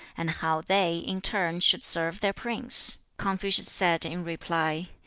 and how they in turn should serve their prince, confucius said in reply,